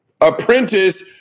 apprentice